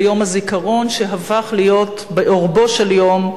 ביום הזיכרון שהפך להיות בערבו של יום,